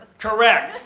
correct!